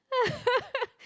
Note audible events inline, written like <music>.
<laughs>